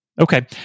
Okay